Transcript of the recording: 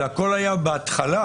זה הכול היה בהתחלה.